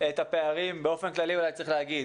את הפערים באופן כללי אולי היה צריך להגיד.